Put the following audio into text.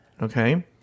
Okay